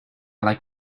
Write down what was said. like